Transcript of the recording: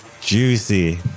Juicy